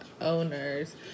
owners